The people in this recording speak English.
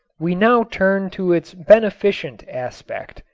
we now turn to its beneficent aspect,